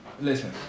Listen